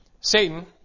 Satan